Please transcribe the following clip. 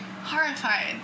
Horrified